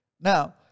now